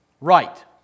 right